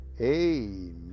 Amen